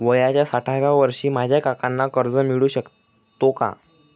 वयाच्या साठाव्या वर्षी माझ्या काकांना कर्ज मिळू शकतो का?